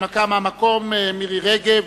הנמקה מהמקום, חברת הכנסת מירי רגב,